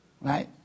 right